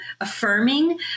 affirming